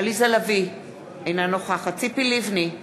עליזה לביא, אינה נוכחת ציפי לבני,